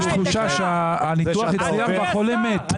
יש תחושה שהניתוח הצליח והחולה מת.